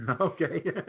Okay